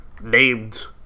named